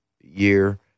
year